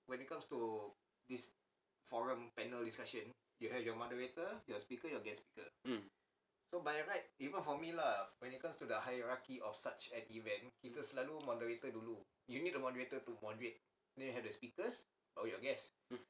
mm